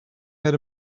had